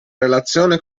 relazione